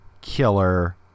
killer